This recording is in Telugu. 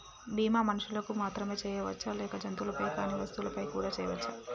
బీమా మనుషులకు మాత్రమే చెయ్యవచ్చా లేక జంతువులపై కానీ వస్తువులపై కూడా చేయ వచ్చా?